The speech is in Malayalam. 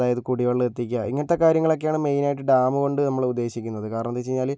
അതായത് കുടിവെള്ളം എത്തിക്കുക ഇങ്ങനത്തെ കാര്യങ്ങളൊക്കെയാണ് മെയിനായിട്ടും ഡാമ് കൊണ്ട് നമ്മൾ ഉദ്ദേശിക്കുന്നത് കാരണം എന്ന് വെച്ചുകഴിഞ്ഞാൽ